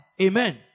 Amen